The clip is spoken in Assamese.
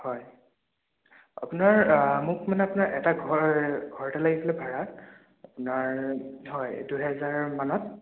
হয় আপোনাৰ মোক মানে আপোনাৰ এটা ঘৰ ঘৰ এটা লাগিছিলে ভাড়াত আপোনাৰ হয় দুহেজাৰ মানত